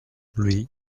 lui